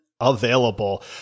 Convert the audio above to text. available